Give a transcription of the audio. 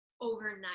overnight